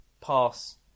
pass